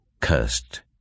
cursed